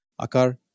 Akar